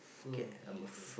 firm believer